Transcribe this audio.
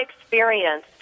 experience